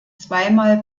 zweimal